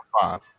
five